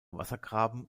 wassergraben